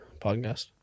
podcast